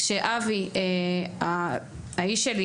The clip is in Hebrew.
כשאבי אישי,